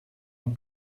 een